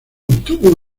obtuvo